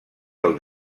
del